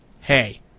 hey